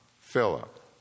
Philip